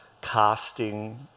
casting